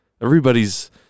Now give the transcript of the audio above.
everybody's